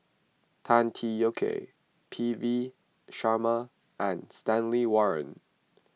Tan Tee Yoke P V Sharma and Stanley Warren